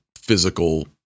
physical